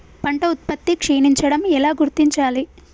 పంట ఉత్పత్తి క్షీణించడం ఎలా గుర్తించాలి?